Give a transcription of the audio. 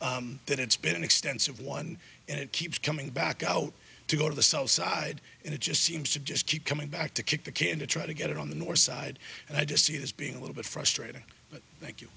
that it's been an extensive one and it keeps coming back out to go to the south side and it just seems to just keep coming back to kick the can to try to get it on the north side and i just see this being a little bit frustrating but thank you